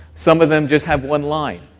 some of them just have one line.